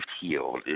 healed